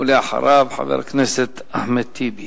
ואחריו, חבר הכנסת אחמד טיבי.